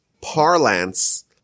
parlance